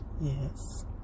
yes